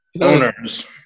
owners